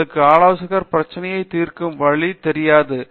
உங்கள் ஆலோசகருக்கு பிரச்சனையை தீர்க்கும் வழி தெரியாது